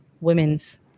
women's